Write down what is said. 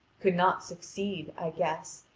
could not succeed, i guess,